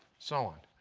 so on.